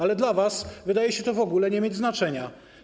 Ale dla was wydaje się to w ogóle nie mieć znaczenia.